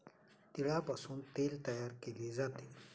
तिळापासून तेल तयार केले जाते